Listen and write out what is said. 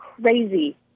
crazy